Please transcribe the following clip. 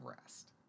rest